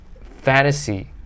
fantasy